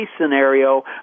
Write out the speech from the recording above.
scenario